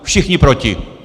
Všichni proti!